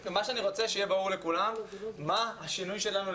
מה שאני רוצה זה שיהיה ברור לכולם מה השינוי שלנו,